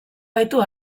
baitu